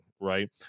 right